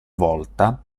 volta